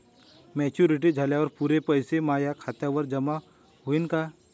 Maturity झाल्यावर पुरे पैसे माया खात्यावर जमा होईन का?